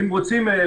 מורכב?